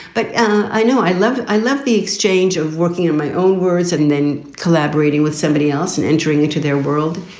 but i know. i love. i love the exchange of working in my own words and then collaborating with somebody else and entering into their world.